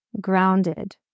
grounded